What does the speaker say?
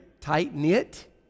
tight-knit